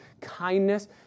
kindness